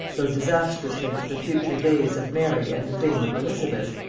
though disastrously for the future days of mary and the fame of elizabeth,